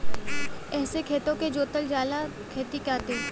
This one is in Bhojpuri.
एहसे खेतो के जोतल जाला खेती खातिर